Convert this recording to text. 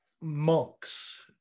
monks